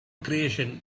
creation